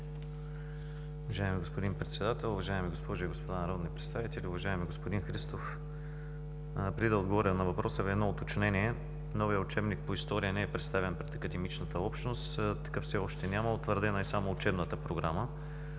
Уважаеми господин Председател, уважаеми госпожи и господа народни представители, уважаеми господин Христов! Преди да отговоря на въпроса Ви, едно уточнение: новият учебник по история не е представен пред академичната общност. Такъв все още няма, утвърдена е само учебната програма.